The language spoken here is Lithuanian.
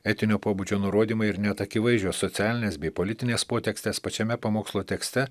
etinio pobūdžio nurodymai ir net akivaizdžios socialinės bei politinės potekstės pačiame pamokslo tekste